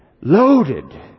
loaded